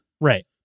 right